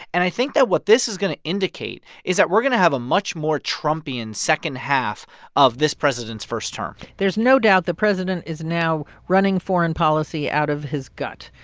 and i think that what this is going to indicate is that we're going to have a much more trumpian second half of this president's first term there's no doubt the president is now running foreign policy out of his gut.